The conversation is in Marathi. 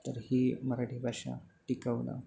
तर ही मराठी भाषा टिकवणं